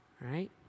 Right